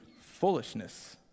foolishness